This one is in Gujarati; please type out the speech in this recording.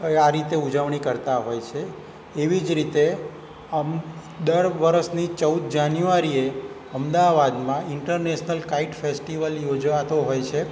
આ રીતે ઉજવણી કરતાં હોય છે એવી જ રીતે આમ દર વરસની ચૌદ જાન્યુઆરીએ અમદાવાદમાં ઇન્ટરનેશનલ કાઇટ ફેસ્ટિવલ યોજાતો હોય છે